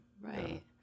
Right